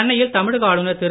சென்னையில் தமிழக ஆளுநர் திரு